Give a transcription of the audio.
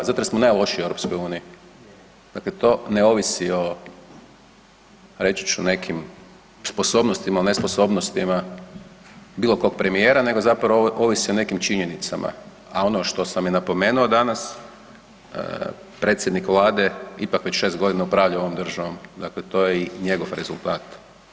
Zato jer smo najlošiji u EU, dakle to ne ovisi o reći ću nekim sposobnostima, nesposobnostima bilo kog premijera nego zapravo ovisi o nekim činjenicama, a ono što sam i napomenuo danas, predsjednik Vlade ipak već šest godina upravlja ovom državom, dakle to je i njegov rezultat.